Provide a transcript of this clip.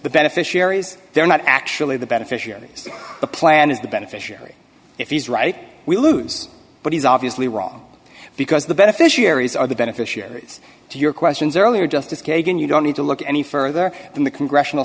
beneficiaries they're not actually the beneficiaries the plan is the beneficiary if he's right we lose but he's obviously wrong because the beneficiaries are the beneficiaries to your questions earlier justice kagan you don't need to look any further than the congressional